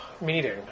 meeting